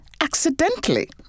accidentally